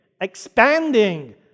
expanding